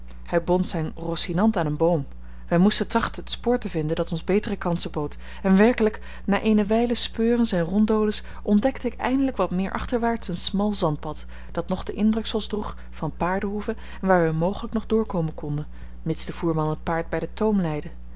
hij bond zijn rossinant aan een boom wij moesten trachten het spoor te vinden dat ons betere kansen bood en werkelijk na eene wijle speurens en ronddolens ontdekte ik eindelijk wat meer achterwaarts een smal zandpad dat nog de indruksels droeg van paardehoeven en waar wij mogelijk nog doorkomen konden mits de voerman het paard bij den toom leidde